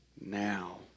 now